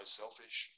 selfish